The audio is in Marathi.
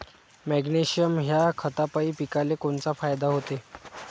मॅग्नेशयम ह्या खतापायी पिकाले कोनचा फायदा होते?